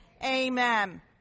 Amen